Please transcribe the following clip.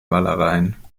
malereien